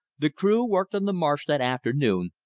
the crew worked on the marsh that afternoon,